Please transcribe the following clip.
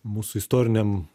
mūsų istoriniam